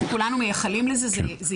אנחנו כולנו מייחלים לזה.